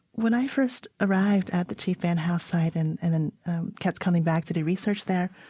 when i first arrived at the chief vann house site and and and kept coming back to do research there,